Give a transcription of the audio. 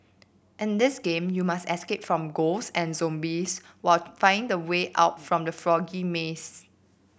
in this game you must escape from ghosts and zombies while finding the way out from the froggy maze